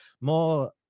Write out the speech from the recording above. more